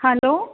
hello